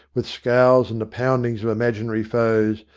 with scowls and the pounding of imaginary foes,